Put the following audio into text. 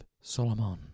Solomon